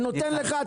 אני נותן לך,